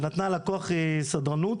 ונתנה לכוח סדרנות